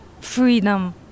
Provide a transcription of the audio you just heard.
freedom